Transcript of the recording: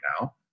now